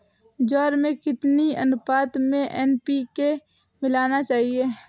ज्वार में कितनी अनुपात में एन.पी.के मिलाना चाहिए?